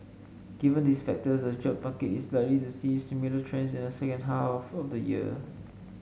given these factors the job market is likely to see similar trends in the second half of the year